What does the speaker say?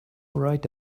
right